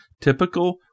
typical